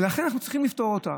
ולכן אנחנו צריכים לפתור אותה.